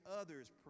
others